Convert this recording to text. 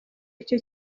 icyo